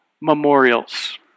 memorials